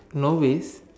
no ways